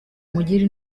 umugire